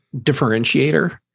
differentiator